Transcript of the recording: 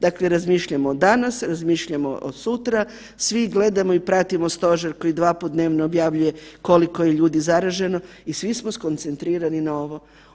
Dakle, razmišljamo o danas, razmišljamo o sutra, svi gledamo i pratimo stožer koji dva put dnevno objavljuje koliko je ljudi zaraženo i svi smo skoncentrirani na ovo.